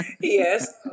Yes